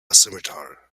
scimitar